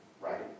right